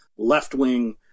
left-wing